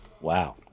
Wow